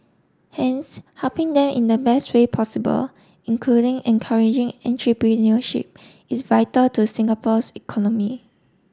hence helping them in the best way possible including encouraging entrepreneurship is vital to Singapore's economy